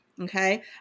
Okay